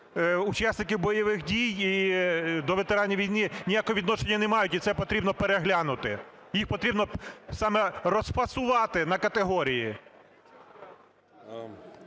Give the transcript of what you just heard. учасників бойових дій і до ветеранів війни ніякого відношення не мають, і це потрібно переглянути, їх потрібно саме розфасувати на категорії.